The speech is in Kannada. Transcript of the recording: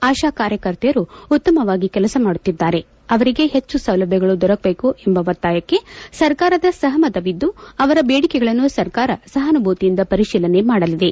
ಅಶಾ ಕಾರ್ಯಕರ್ತೆಯರು ಉತ್ತಮವಾಗಿ ಕೆಲಸ ಮಾಡುತ್ತಿದ್ದಾರೆ ಅವರಿಗೆ ಹೆಚ್ಚು ಸೌಲಭ್ಯಗಳು ದೊರಕಬೇಕು ಎಂಬ ಒತ್ತಾಯಕ್ಕೆ ಸರ್ಕಾರದ ಸಹಮತವಿದ್ದು ಅವರ ಬೇಡಿಕೆಗಳನ್ನು ಸರ್ಕಾರ ಸಹಾನುಭೂತಿಯಿಂದ ಪರಿಶೀಲನೆ ಮಾಡಲಿದೆ